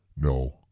No